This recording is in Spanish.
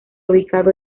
ubicado